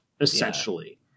essentially